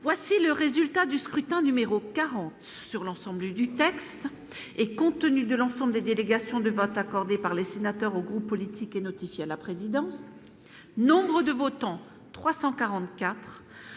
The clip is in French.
Voici le résultat du scrutin numéro 40 sur l'ensemble du texte, et compte tenu de l'ensemble des délégations de vote accordé par les sénateurs aux groupes politiques et notifié à la présidence, nombre de votants 344